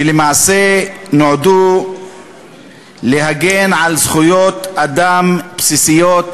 שלמעשה נועדו להגן על זכויות אדם בסיסיות,